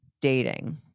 dating